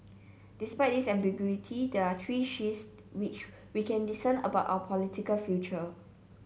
despite this ambiguity there are three shifts which we can discern about our political future